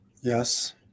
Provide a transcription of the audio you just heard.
Yes